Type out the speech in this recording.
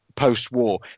post-war